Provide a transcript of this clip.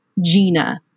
Gina